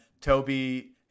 Toby